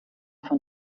von